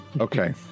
Okay